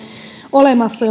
olemassa